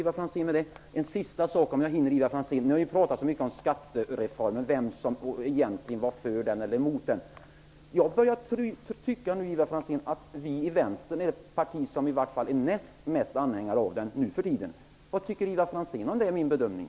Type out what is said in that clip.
Vi har talat så mycket om skattereformen och vem som egentligen var för och emot den. Jag börjar tycka att Vänsterpartiet är det parti som är åtminstone näst mest anhängare av den nu för tiden. Vad tycker Ivar Franzén om den bedömningen?